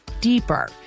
deeper